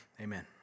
Amen